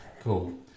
Cool